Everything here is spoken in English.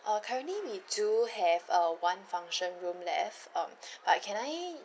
uh currently we do have uh one function room left um but can I